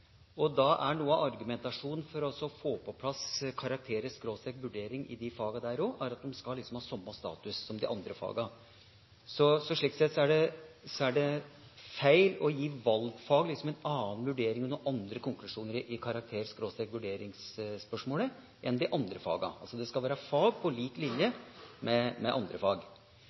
Da er noe av argumentasjonen for å få på plass karakterer/vurdering også i disse fagene at de skal ha samme status som de andre fagene. Så slik sett er det feil å gi valgfag en annen vurdering og noen andre konklusjoner i karakter-/vurderingsspørsmålet enn de andre fagene. Det skal være fag på lik linje med andre fag.